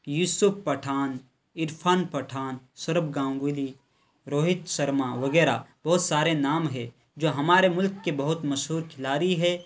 یوسف پٹھان عرفان پٹھان سوربھ گانگولی روہت شرما وغیرہ بہت سارے نام ہے جو ہمارے ملک کے بہت مشہور کھلاڑی ہے